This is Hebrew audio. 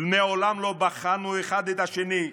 מעולם לא בחנו אחד את השני.